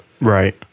Right